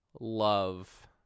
love